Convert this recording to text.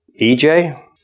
EJ